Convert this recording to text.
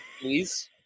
please